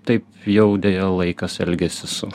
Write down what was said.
taip jau deja laikas elgiasi su